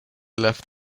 left